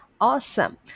Awesome